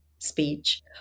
speech